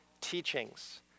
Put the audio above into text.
teachings